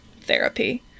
therapy